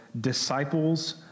disciples